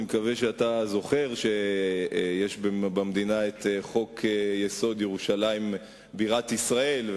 אני מקווה שאתה זוכר שיש במדינה חוק-יסוד: ירושלים בירת ישראל,